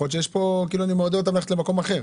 זה כאילו אני מעודד אותם ללכת למקום אחר.